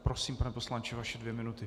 Prosím, pane poslanče, vaše dvě minuty.